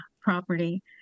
property